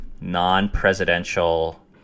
non-presidential